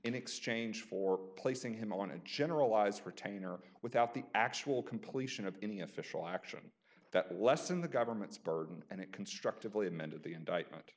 in exchange for placing him on a generalized pertain or without the actual completion of any official action that lesson the government's burden and it constructively amended the indictment